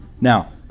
Now